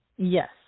Yes